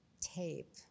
tape